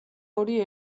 ორი